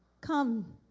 Come